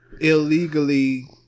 illegally